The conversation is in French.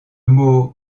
mot